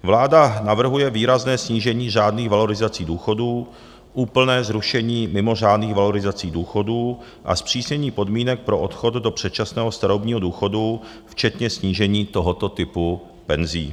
Vláda navrhuje výrazné snížení řádných valorizací důchodů, úplné zrušení mimořádných valorizací důchodů a zpřísnění podmínek pro odchod do předčasného starobního důchodu včetně snížení tohoto typu penzí.